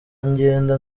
ngenda